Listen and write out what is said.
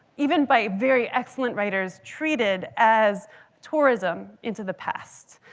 even by very excellent writers, treated as tourism into the past.